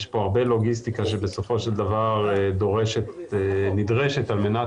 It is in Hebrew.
יש פה הרבה לוגיסטיקה שבסופו של דבר נדרשת על-מנת